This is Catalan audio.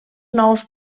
nous